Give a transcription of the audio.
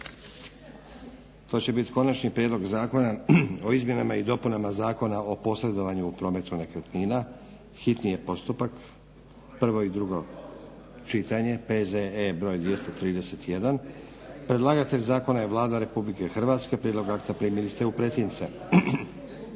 To će biti - Konačni prijedlog zakona o izmjenama i dopunama Zakona o posredovanju pri prometu nekretnina, hitni postupak, prvo i drugo čitanje, PZE br. 231 Predlagatelj zakona je Vlada RH. Prijedlog akta primili ste u pretince.